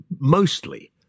mostly